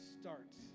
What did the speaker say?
starts